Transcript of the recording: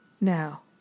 Now